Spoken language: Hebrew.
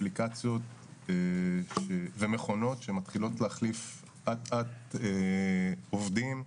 אפליקציות ומכונות שמתחילות להחליף אט-אט עובדים.